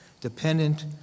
dependent